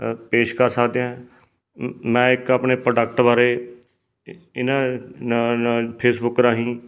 ਪੇਸ਼ ਕਰ ਸਕਦੇ ਹਾਂ ਮੈਂ ਇੱਕ ਆਪਣੇ ਪ੍ਰੋਡਕਟ ਬਾਰੇ ਇਹਨਾਂ ਨਾਲ ਫੇਸਬੁੱਕ ਰਾਹੀਂ